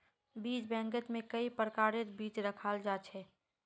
बीज बैंकत में कई प्रकारेर बीज रखाल जा छे